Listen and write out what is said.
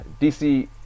DC